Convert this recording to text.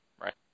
Right